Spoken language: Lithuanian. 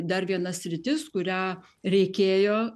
dar viena sritis kurią reikėjo